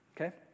Okay